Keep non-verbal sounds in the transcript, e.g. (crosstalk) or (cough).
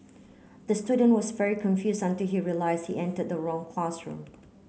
(noise) the student was very confused until he realised he entered the wrong classroom